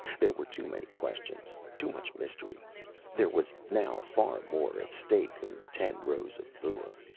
there were too many questions, too much mystery there was now far more at stake than ten rows of vua.